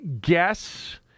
guess